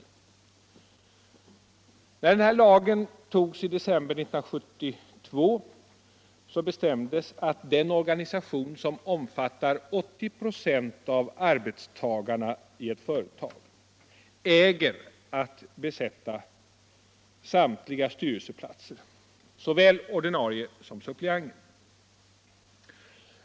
När lagen om styrelserepresentation för de anställda i aktiebolag och ekonomiska föreningar antogs i december 1972 bestämdes att den organisation som omfattar 80 96 av arbetstagarna i ett företag äger att besätta samtliga styrelseplatser som kommer de anställda till del, såväl ordinarie som suppleanter.